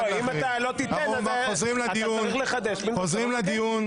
אם אתה לא תיתן, אז --- חוזרים לדיון.